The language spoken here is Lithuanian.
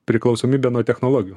priklausomybe nuo technologijų